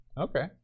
Okay